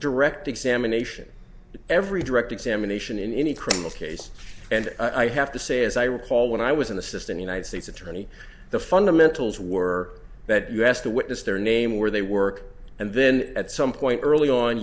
direct examination of every direct examination in any criminal case and i have to say as i recall when i was an assistant united states attorney the fundamentals were that you asked a witness their name where they work and then at some point early on